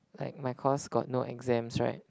like my course got no exams right